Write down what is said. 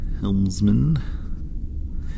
Helmsman